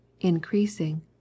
increasing